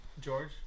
George